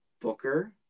Booker